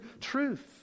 truth